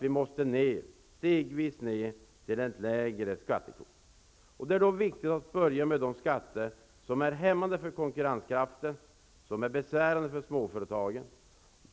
Vi måste stegvis ned till ett lägre skattetryck. Det är då viktigt att börja med de skatter som är hämmande för konkurrenskraften och som är besvärande för småföretagen.